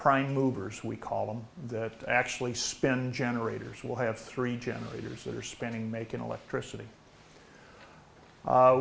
prime movers we call them that actually spend generators will have three generators that are spinning making electricity